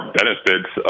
benefits